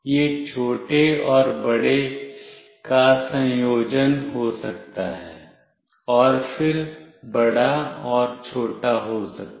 यह छोटे और बड़े का संयोजन हो सकता है और फिर बड़ा और छोटा हो सकता है